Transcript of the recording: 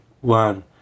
one